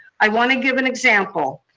i want to give an example.